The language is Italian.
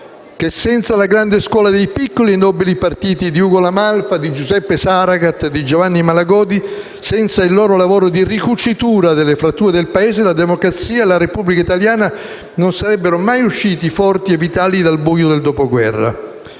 che senza la grande scuola dei piccoli e nobili partiti di Ugo La Malfa, Giuseppe Saragat e Giovanni Malagodi e il loro lavoro di ricucitura delle fratture del Paese, la democrazia e la Repubblica italiana non sarebbero mai uscite forti e vitali dal buio del Dopoguerra.